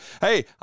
Hey